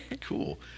Cool